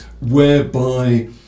whereby